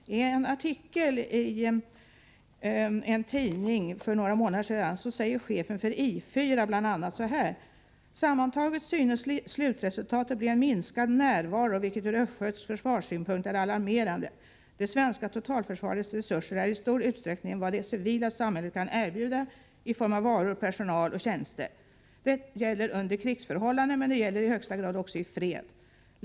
I en artikel i en tidning för några månader sedan säger chefen för I 4 bl.a. så här: ”Sammantaget synes slutresultatet bli en minskad närvaro vilket ur östgötsk försvarssynpunkt är alarmerande. Det svenska totalförsvarets resurser är i stor utsträckning vad det civila samhället kan erbjuda i form av varor, personal och tjänster. Det gäller under krigsförhållanden men det gäller i högsta grad också i fred.